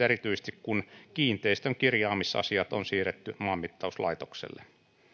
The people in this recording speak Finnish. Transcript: erityisesti kun kiinteistön kirjaamisasiat on siirretty maanmittauslaitokselle